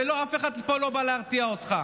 ולא, אף אחד פה לא בא להרתיע אותך.